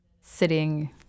sitting